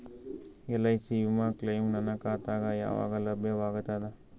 LIC ವಿಮಾ claim ನನ್ನ ಖಾತಾಗ ಯಾವಾಗ ಲಭ್ಯವಾಗತದ?